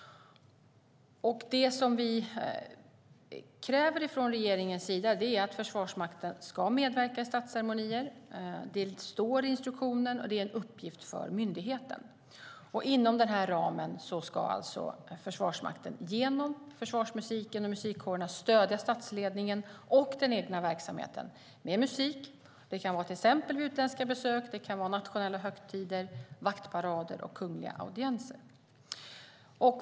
Regeringen kräver att Försvarsmakten ska medverka i statsceremonier. Det står i instruktionen, och det är en uppgift för myndigheten. Inom ramen ska alltså Försvarsmakten, genom försvarsmusiken och musikkårerna, stödja statsledningen och den egna verksamheten med musik. Det kan till exempel vara vid utländska besök, och det kan vara vid nationella högtider, vaktparader och kungliga audienser.